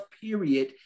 period